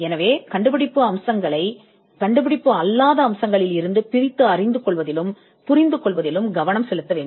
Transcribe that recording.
எனவே கண்டுபிடிப்பு அம்சங்களை கண்டுபிடிப்பு அல்லாத அம்சங்களிலிருந்து புரிந்துகொள்வதிலும் தனிமைப்படுத்துவதிலும் கவனம் செலுத்த வேண்டும்